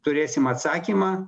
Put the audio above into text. turėsim atsakymą